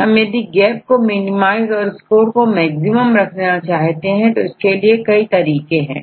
हम यदि गैप को मिनिमाइज और स्कोर को मैक्सिमम रखना चाहते हैं तो इसके लिए कई तरीके हैं